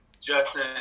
Justin